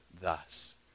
thus